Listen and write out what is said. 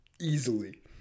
Easily